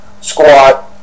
squat